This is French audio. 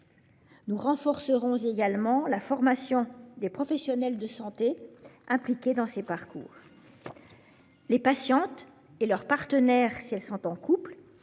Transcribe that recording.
Nous renforcerons également la formation des professionnels de santé impliqués dans ces parcours. Les patientes- et leurs partenaires si elles sont en couple